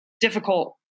difficult